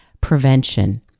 prevention